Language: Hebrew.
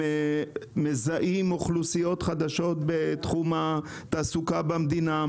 הם מזהים אוכלוסיות חדשות בתחום התעסוקה במדינה,